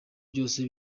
byose